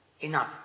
Enough